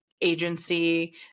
agency